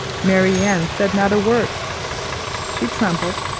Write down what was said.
marianne said not a word she trembled,